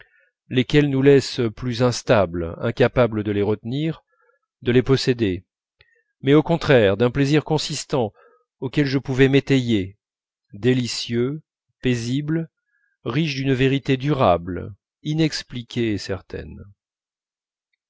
lesquels nous laissent plus instables incapables de les retenir de les posséder mais au contraire d'un plaisir consistant auquel je pouvais m'étayer délicieux paisible riche d'une vérité durable inexpliquée et certaine